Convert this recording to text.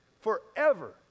Forever